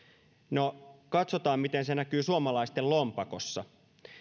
no katsotaan miten se näkyy suomalaisten lompakossa